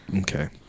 Okay